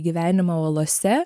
gyvenimą olose